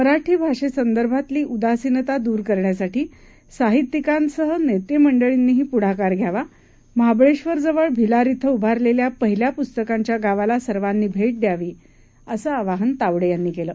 मराठी भाषेसंदर्भातली उदासीनता दूर करण्यासाठी साहित्यिकांसह नेतेमंडळींनीही पुढाकार घ्यावा महाबळेधर जवळ भिलार ी उभारलेल्या पहिल्या पुस्तकांच्या गावाला सर्वांनी भेट द्यावी असं आवाहन तावडे यांनी केलं